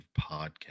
podcast